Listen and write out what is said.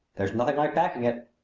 there's nothing like backing it.